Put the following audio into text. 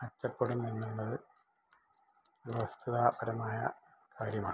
മെച്ചപ്പെടും എന്നുള്ളത് വസ്തുതാപരമായ കാര്യമാണ്